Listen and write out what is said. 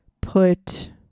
put